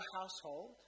household